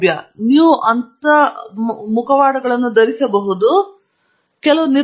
ನಂತರ ನೀವು ಅವುಗಳನ್ನು ಬಳಸಬಹುದು ಆದರೆ ಇದು ನಿಮ್ಮ ಪ್ರಯೋಗಗಳನ್ನು ಅವಲಂಬಿಸಿರುತ್ತದೆ